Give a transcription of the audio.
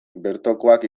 bertokoak